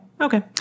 Okay